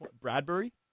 Bradbury